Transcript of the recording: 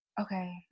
okay